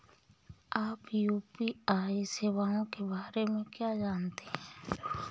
आप यू.पी.आई सेवाओं के बारे में क्या जानते हैं?